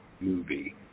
Movie